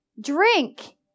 drink